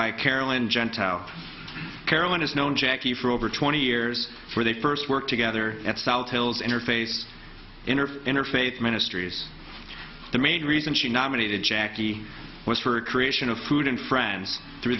by carolyn gentile carolyn is known jackie for over twenty years for the first work together at south hills in her face in her interfaith ministries the main reason she nominated jackie was for a creation of food and friends through